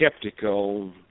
skeptical